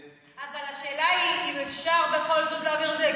אבל השאלה היא אם אפשר בכל זאת להעביר את זה,